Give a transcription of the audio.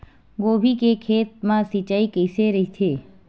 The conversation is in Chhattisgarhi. गोभी के खेत मा सिंचाई कइसे रहिथे?